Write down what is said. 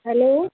hello